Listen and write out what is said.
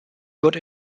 good